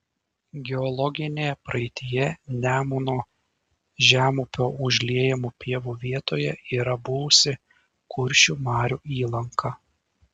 geologinėje praeityje nemuno žemupio užliejamų pievų vietoje yra buvusi kuršių marių įlanka